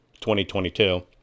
2022